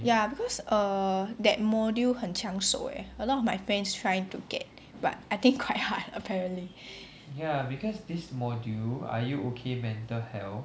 ya because err that module 很抢手 eh a lot of my friends trying to get but I think quite hard apparently